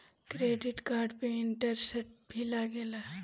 Credit card पे interest भी लागेला?